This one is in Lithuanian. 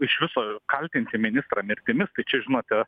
iš viso kaltinti ministrą mirtimis tai čia žinote